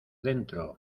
dentro